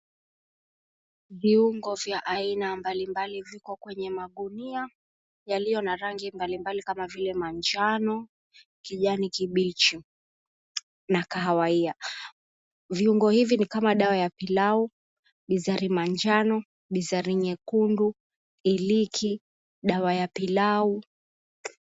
Viungo vya aina mbalimbali viko kwenye magunia yaliyo na rangi mbalimbali kama vile; manjano, kijani kibichi na kahawia. Viungo hivi ni kama dawa ya pilau, bizari manjano, bizari nyekundu, iliki, dawa ya pilau .